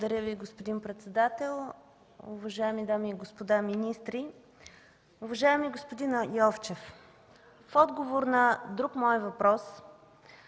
Благодаря Ви, господин председател. Уважаеми дами и господа министри! Уважаеми господин Йовчев, в отговор на друг мой въпрос